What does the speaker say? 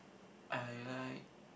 I like